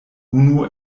unu